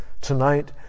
tonight